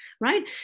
right